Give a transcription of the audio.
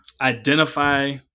identify